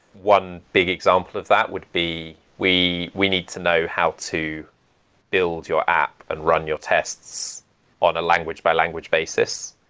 one big example of that would be we we need to know how to build your app and run your tests on a language-by-language basis.